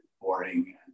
boring